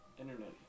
internet